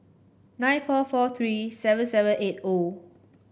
nine four four three seven seven eight O